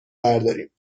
برداریم